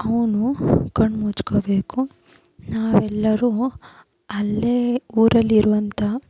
ಅವನು ಕಣ್ಣು ಮುಚ್ಕೋಬೇಕು ನಾವೆಲ್ಲರೂ ಅಲ್ಲೇ ಊರಲ್ಲಿರುವಂಥ